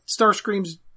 Starscream's